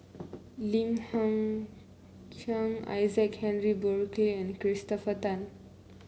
Lim Hng Kiang Isaac Henry Burkill and Christopher Tan